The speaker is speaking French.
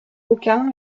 aucun